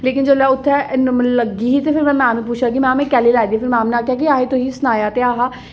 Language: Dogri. लेकिन जिसलै उत्थै लग्गी ते फिर में मैम ई पुच्छेआ के मैम एह् कैह्ली लाई दी फेर मैम ने आखेआ कि असें तुसें गी सनाया ते ऐ हा